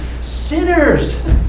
sinners